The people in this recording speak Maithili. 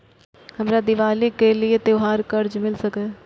हमरा दिवाली के लिये त्योहार कर्जा मिल सकय?